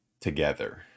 together